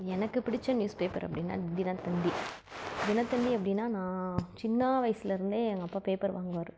எனக்கு பிடித்த newspaper அப்படின்னா தினத்தந்தி தினத்தந்தி அப்படின்னா நான் சின்ன வயதுலருந்து எங்கள் அப்பா பேப்பர் வாங்குவார்